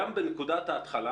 גם בנקודת ההתחלה